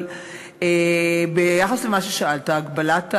אבל ביחס למה ששאלת על ההגבלה,